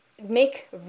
make